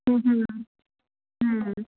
ਹਮ ਹਮ ਹਮ ਹਮ